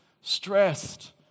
stressed